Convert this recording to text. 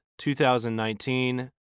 2019